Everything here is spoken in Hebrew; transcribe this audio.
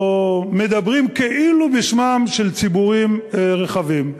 או מדברים כאילו בשמם של ציבורים רחבים.